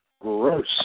Gross